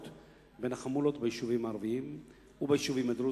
בין החמולות ביישובים הערביים וביישובים הדרוזיים.